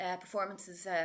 performances